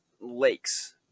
lakes